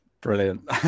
Brilliant